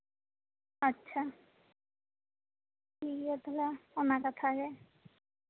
ᱟᱪᱪᱷᱟ ᱴᱷᱤᱠ ᱜᱮᱭᱟ ᱛᱟᱦᱚᱞᱮ ᱱᱚᱣᱟ ᱠᱟᱛᱷᱟᱜᱮ